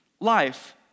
life